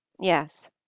Yes